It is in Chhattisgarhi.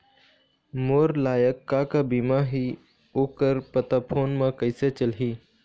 मोर लायक का का बीमा ही ओ कर पता फ़ोन म कइसे चलही?